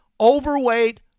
overweight